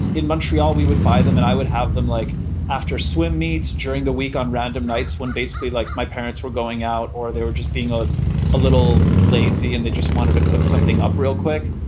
in montreal we would buy and i would have them like after swim meets during the week on random nights, when basically like my parents were going out or they were just being a little lazy and they just wanted to cook something up real quick.